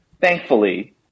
thankfully